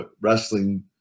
wrestling